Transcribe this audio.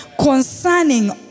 concerning